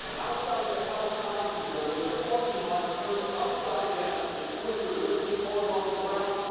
outside of the health sciences building, the parking lot turned upside down. the twister lifting cars off the ground,